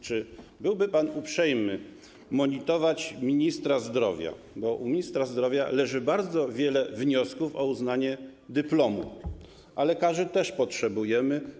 Czy byłby pan uprzejmy monitować ministra zdrowia, bo u to u niego leży bardzo wiele wniosków o uznanie dyplomów, a lekarzy potrzebujemy?